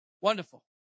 Wonderful